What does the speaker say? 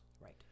Right